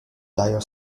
dire